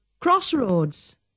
Crossroads